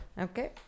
Okay